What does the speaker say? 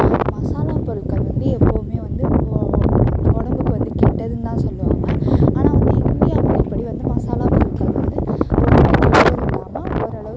மசாலா பொருட்கள் வந்து எப்பவுமே வந்து ஒ உடம்புக்கு வந்து கெட்டதுனுதான் சொல்லுவாங்க ஆனால் வந்து இந்தியா முறைப்படி வந்து மசாலா பொருட்கள் வந்து இல்லாமல் ஓரளவுக்கு